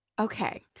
Okay